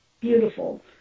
Beautiful